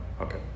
okay